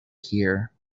here